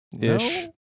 Ish